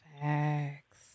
Facts